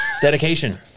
Dedication